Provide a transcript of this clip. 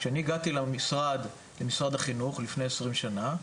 כשאני הגעתי למשרד החינוך לפני 20 שנה,